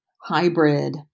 hybrid